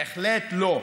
בהחלט לא.